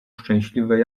szczęśliwe